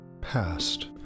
past